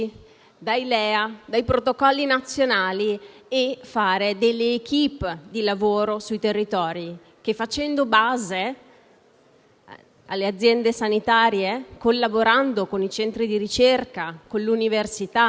dai LEA e dai protocolli nazionali, per costituire *équipe* di lavoro sui territori, che, facendo da base per le aziende sanitarie, collaborando con i centri di ricerca, le università,